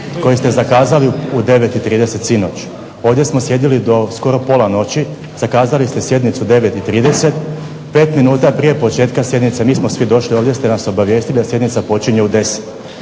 koju ste zakazali u 9,30 sinoć. Ovdje smo sjedili do skoro pola noći. Zakazali ste sjednicu 9,30. Pet minuta prije početka sjednice mi smo svi došli. Ovdje ste nas obavijestili da sjednica počinje u 10.